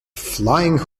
flying